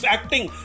Acting